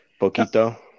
Poquito